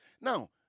now